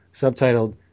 subtitled